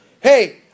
hey